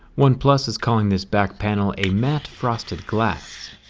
oneplus is calling this back panel a matte frosted glass.